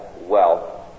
wealth